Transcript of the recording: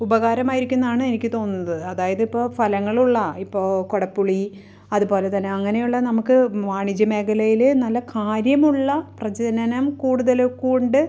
ഉപകാരമായിരിക്കുമെന്നാണ് എനിക്ക് തോന്നുന്നത് അതായതിപ്പോൾ ഫലങ്ങളുള്ള ഇപ്പോൾ കുടപ്പുളി അതുപോലെ തന്നെ അങ്ങനെയുള്ള നമുക്ക് വാണിജ്യ മേഖലയിൽ നല്ല കാര്യമുള്ള പ്രജനനം കൂടുതൽ കുണ്ട്